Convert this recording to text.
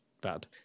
Bad